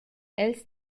els